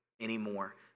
anymore